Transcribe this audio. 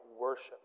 worship